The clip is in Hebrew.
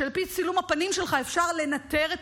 שעל פי צילום הפנים שלך אפשר לנטר את